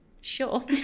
sure